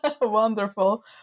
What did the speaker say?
wonderful